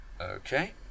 Okay